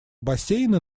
бассейна